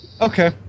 Okay